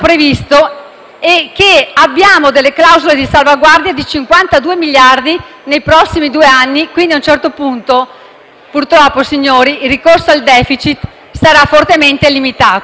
abbiamo clausole di salvaguardia per 52 miliardi nei prossimi due anni. Quindi, a un certo punto, il ricorso al *deficit* sarà fortemente limitato.